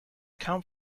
come